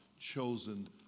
chosen